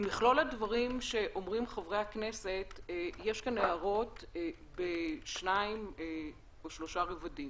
ממכלול הדברים שאומרים חברי הכנסת יש כאן הערות בשניים או שלושה רבדים.